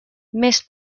més